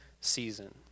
season